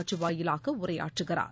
காட்சி வாயிலாக உரையாற்றுகிறார்